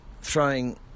throwing